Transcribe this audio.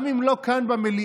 גם אם לא כאן במליאה,